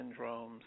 syndromes